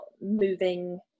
moving